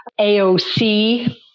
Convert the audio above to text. AOC